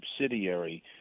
subsidiary